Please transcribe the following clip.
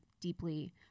deeply